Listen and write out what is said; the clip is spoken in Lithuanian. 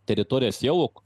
teritorijas jau